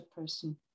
person